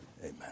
Amen